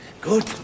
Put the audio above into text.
Good